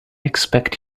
expect